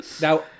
Now